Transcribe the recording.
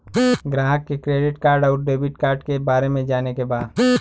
ग्राहक के credit card और डेविड कार्ड के बारे में जाने के बा?